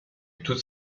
toute